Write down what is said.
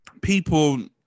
people